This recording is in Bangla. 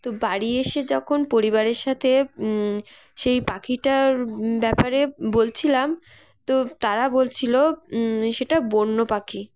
তো বাড়ি এসে যখন পরিবারের সাথে সেই পাখিটার ব্যাপারে বলছিলাম তো তারা বলছিল সেটা বন্য পাখি